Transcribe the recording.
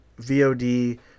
VOD